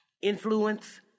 influence